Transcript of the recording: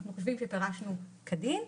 אנחנו חושבים שפירשנו כדין.